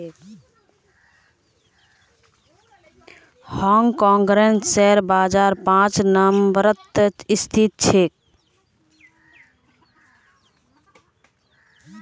हांग कांगेर शेयर बाजार पांच नम्बरत स्थित छेक